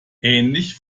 ähnlich